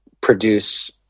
produce